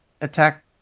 attack